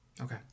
Okay